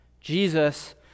Jesus